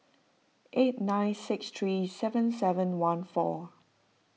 eight nine six three seven seven one four